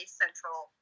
central